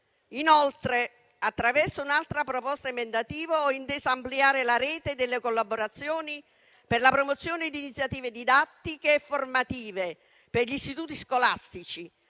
Inoltre, attraverso un'altra proposta emendativa, ho intenso ampliare la rete delle collaborazioni per la promozione di iniziative didattiche e formative per gli istituti scolastici